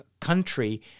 country